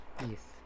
Yes